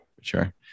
Sure